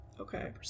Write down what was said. Okay